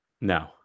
no